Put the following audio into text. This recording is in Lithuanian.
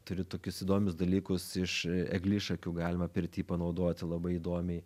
turi tokius įdomius dalykus iš eglišakių galima pirty panaudoti labai įdomiai